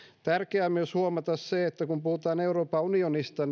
tärkeää on huomata myös se että kun puhutaan euroopan unionista